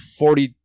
forty